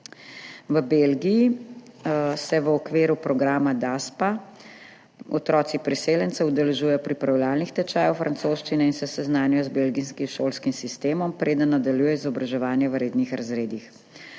V Belgiji se v okviru programa DASPA otroci priseljencev udeležujejo pripravljalnih tečajev francoščine in se seznanijo z belgijskim šolskim sistemom, preden nadaljujejo izobraževanje v rednih razredih.